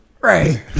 Right